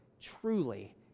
truly